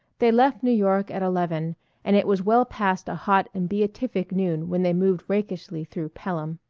they left new york at eleven and it was well past a hot and beatific noon when they moved rakishly through pelham.